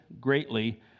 greatly